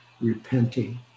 repenting